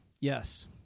Yes